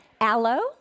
Aloe